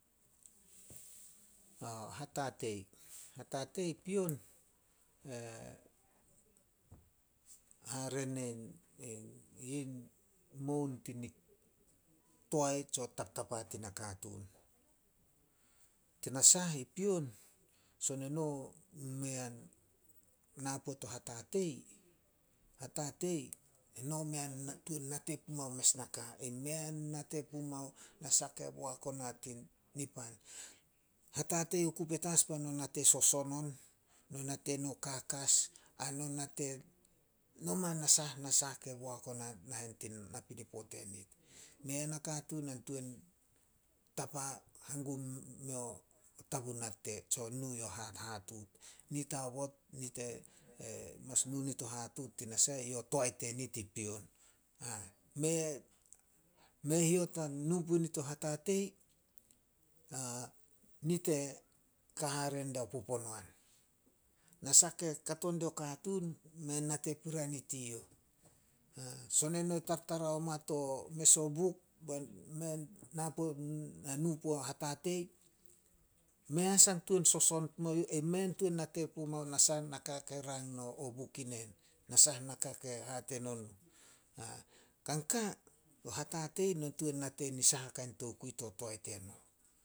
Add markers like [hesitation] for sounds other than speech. O hatatei- hatatei pion [unintelligible] yin moun [unintelligible] toae tsio taptapa tin nakatuun. Tinasah i pion, son eno mea na puo to hatatei- hatatei, eno mea tuan nate pumao mes naka ai mei nate pumao nasah ke boak ona tin nipan. Hatatei oku petas beno nate soson on, no nate no kakas ai no nate noma nasah- nasah ke boak on nahen tin napinipo tenit. Mei a nakatuun ka tuan tapa hangum meo tabu nate tsio nu yo ha- hatuut. Nit aobot [unintelligible] mas nu nit o hatuut tanasah yo toae tenit i pion. [unintelligible] Mei [unintelligible] hiot a nu punit o hatatei, [hesitation] nit e ka hare diao poponoan. Nasah ke kato dio katuun, mei nate puria nit eyouh. Son eno tartara oma to mes o buk bai mei [unintelligible] nu puo hatatei, mei a sah tuan soson pumao youh ai mei tuan nate pumao na saha naka ke rang no buk inen, na saha naka ke hate no nuh. Kan ka, o hatatei, no tuan no tuan nate nin saha tokui to toae teno.